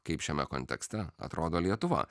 kaip šiame kontekste atrodo lietuva